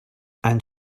and